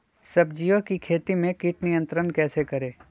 सब्जियों की खेती में कीट नियंत्रण कैसे करें?